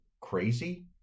Crazy